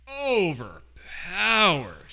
overpowered